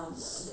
(uh huh)